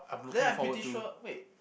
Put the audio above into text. then I'm pretty sure wait